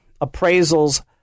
appraisals